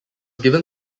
given